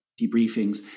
debriefings